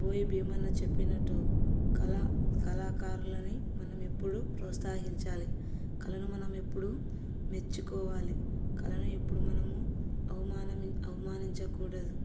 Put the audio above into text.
భోయి భీమన్న చెప్పినట్టు కళ కళాకారులని మనం ఎప్పుడూ ప్రోత్సహించాలి కళలను మనం ఎప్పుడూ మెచ్చుకోవాలి కళలను ఎప్పుడు మనము అవమాన అవమానించకూడదు